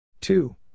two